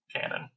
cannon